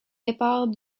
départ